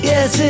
Yes